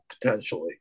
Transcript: potentially